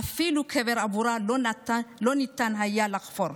ואפילו קבר עבורה לא ניתן היה לחפור,